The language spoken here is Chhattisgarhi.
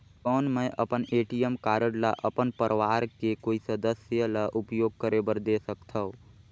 कौन मैं अपन ए.टी.एम कारड ल अपन परवार के कोई सदस्य ल उपयोग करे बर दे सकथव?